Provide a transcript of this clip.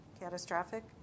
catastrophic